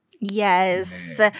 Yes